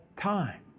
time